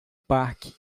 parque